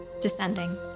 Descending